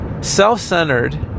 self-centered